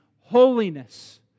holiness